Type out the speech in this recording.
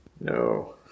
No